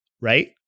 right